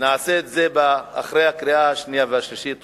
אנחנו נעשה את זה אחרי הקריאה השנייה והקריאה השלישית.